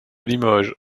limoges